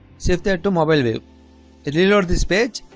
safe there to mobile wave it reload this page